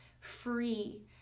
free